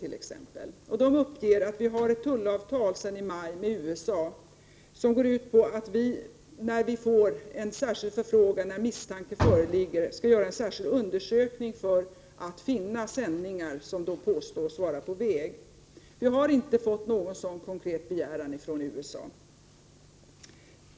Man uppger där att vi sedan i maj har ett tullavtal med USA som går ut på att när vi får en särskild förfrågan och misstanke föreligger, skall vi göra en särskild undersökning för att finna sändningar som påstås vara på väg. Någon sådan konkret begäran har inte kommit från USA.